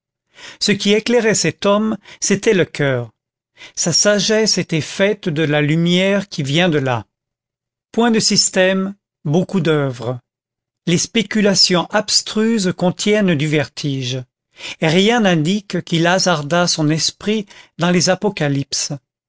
ce qui éclairait cet homme c'était le coeur sa sagesse était faite de la lumière qui vient de là point de systèmes beaucoup d'oeuvres les spéculations abstruses contiennent du vertige rien n'indique qu'il hasardât son esprit dans les apocalypses